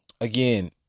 again